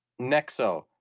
Nexo